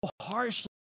harshly